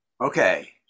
Okay